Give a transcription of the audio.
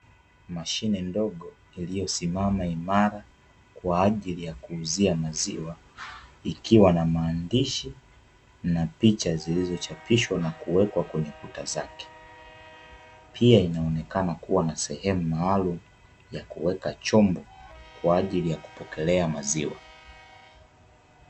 Mashine ndogo iliyosimama imara kwa ajili ya kuuzia maziwa ikiwa na maandishi na picha zilizochapishwa na kuwekwa kwenye kuta zake. Pia inaonekana kuwa na sehemu maalumu ya kuweka chombo kwa ajili ya kupokelea maziwa.